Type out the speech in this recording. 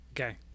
Okay